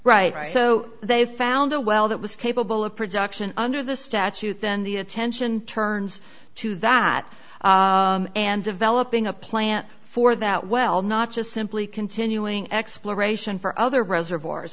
right so they found a well that was capable of production under the statute then the attention turns to that and developing a plant for that well not just simply continuing exploration for other reservoirs